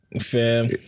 fam